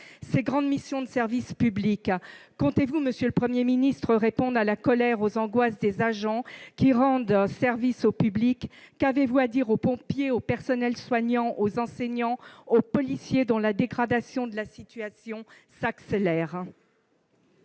ses grandes missions de service public. Comptez-vous, monsieur le Premier ministre, répondre à la colère et aux angoisses des agents qui rendent service au public ? Qu'avez-vous à dire aux pompiers, aux personnels soignants, aux enseignants, aux policiers, dont la situation se dégrade de manière accélérée ?